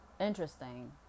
interesting